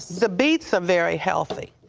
the beets are very healthy.